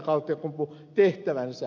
kaltiokumpu tehtävänsä